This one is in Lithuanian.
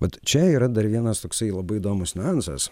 vat čia yra dar vienas toksai labai įdomus niuansas